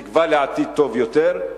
בתקווה לעתיד טוב יותר,